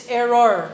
error